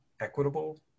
equitable